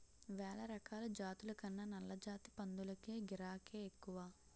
వేలరకాల జాతుల కన్నా నల్లజాతి పందులకే గిరాకే ఎక్కువ